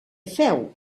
feu